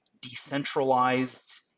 decentralized